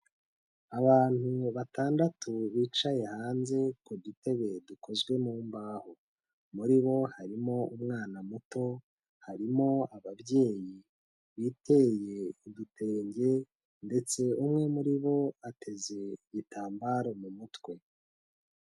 Abantu batandatu bicaye hanze ku dutebe dukozwe mu mbaho. Muri bo harimo umwana muto, harimo ababyeyi biteye udutenge ndetse umwe muri bo ateze igitambaro mu mutwe.